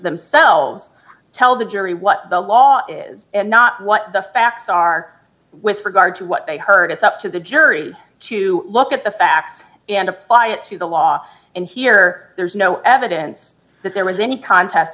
themselves tell the jury what the law is not what the facts are with regard to what they heard it's up to the jury to look at the facts and apply it to the law and here there's no evidence that there was any contest